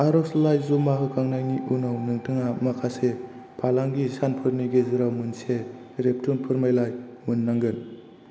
आर'जलाइ जमा होखांनायनि उनाव नोंथाङा माखासे फालांगि सानफोरनि गेजेराव मोनसे रेबथुम फोरमानलाइ मोननांगोन